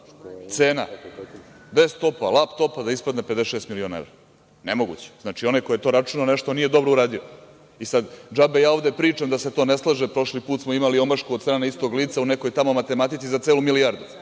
cena desk-topa, lap-topa, da ispadne 56 miliona evra, nemoguće. Onaj koji je to računao, nešto nije dobro uradio. Sada džabe ja ovde pričam da se to ne slaže. Prošli put smo imali omašku od strane istog lica u nekoj tamo matematici za celu milijardu,